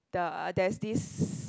the there is this